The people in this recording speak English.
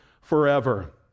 forever